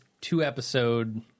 two-episode